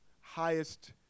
highest